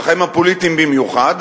בחיים הפוליטיים במיוחד,